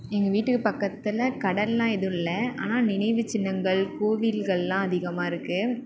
எங்கள் வீட்டுக்கு பக்கத்தில் கடலெலாம் எதுவும் இல்லை ஆனால் நினைவுச்சின்னங்கள் கோவில்களெலாம் அதிகமாக இருக்குது